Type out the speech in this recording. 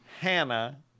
Hannah